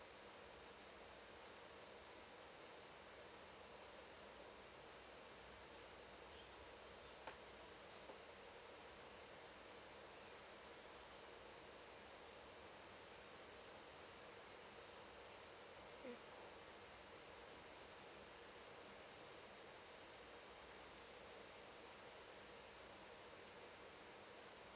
mm